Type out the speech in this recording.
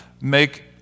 make